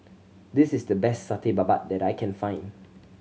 this is the best Satay Babat that I can find